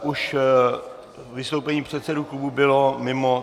Už vystoupení předsedů klubů bylo mimo.